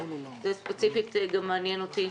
שספציפית גם מעניינת אותי?